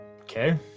Okay